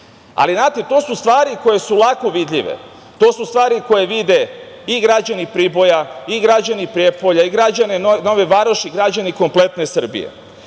sredine. Znate, to su stvari koje su lako vidljive, to su stvari koje vide i građani Priboja i građani Prijepolja i građani Nove Varoši, građani kompletne Srbije,